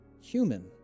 human